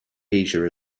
asia